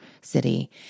city